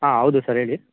ಹಾಂ ಹೌದು ಸರ್ ಹೇಳಿ